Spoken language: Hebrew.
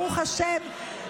ברוך השם,